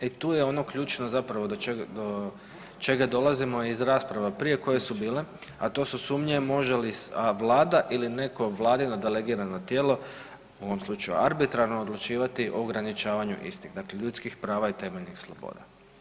I tu je ono ključno zapravo do čega, do čega dolazimo iz rasprava prije koje su bile, a to su sumnje može li vlada ili neko vladino delegirano tijelo, u ovom slučaju arbitrarno, odlučivati o ograničavanju istih, dakle ljudskih prava i temeljnih sloboda.